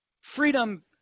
freedom